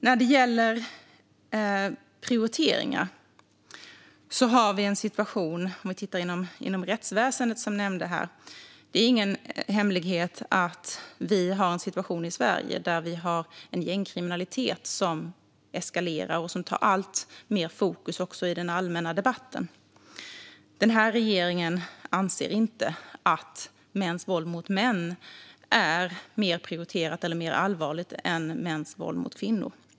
När det gäller prioriteringar är det ingen hemlighet att vi i Sverige har en situation inom rättsväsendet med gängkriminalitet som eskalerar och som tar allt större fokus i den allmänna debatten. Den här regeringen anser inte att mäns våld mot män är mer prioriterat eller mer allvarligt än mäns våld mot kvinnor.